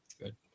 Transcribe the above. good